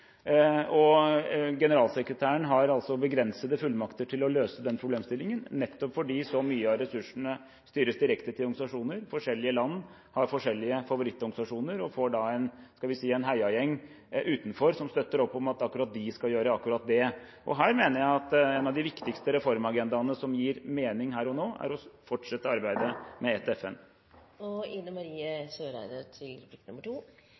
og generalsekretæren har begrensede fullmakter til å løse den problemstillingen, nettopp fordi så mye av ressursene styres direkte til organisasjoner. Forskjellige land har forskjellige favorittorganisasjoner, som da får – skal vi si – en heiagjeng utenfor som støtter opp om at akkurat de skal gjøre akkurat det. Jeg mener at en av de viktigste reformagendaene som gir mening her og nå, er å fortsette arbeidet med